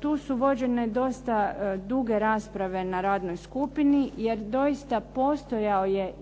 Tu su vođene dosta duge rasprave na radnoj skupini, jer doista postojao je